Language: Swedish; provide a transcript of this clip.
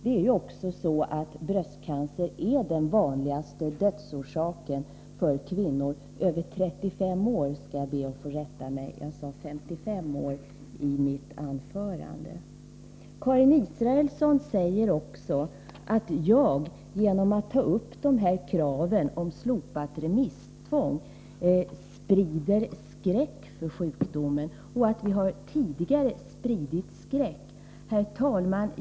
Det är också så att bröstcancer är den vanligaste dödsorsaken för kvinnor över 35 år — jag skall be att få rätta mig själv; jag sade 55 år i mitt anförande. Karin Israelsson säger också att jag genom att ta upp kraven på slopande av remisstvånget sprider skräck för sjukdomen och att vi tidigare har spritt skräck. Herr talman!